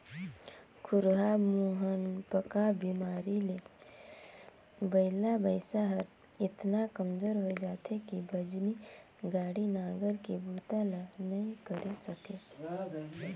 खुरहा मुहंपका बेमारी ले बइला भइसा हर एतना कमजोर होय जाथे कि बजनी गाड़ी, नांगर के बूता ल नइ करे सके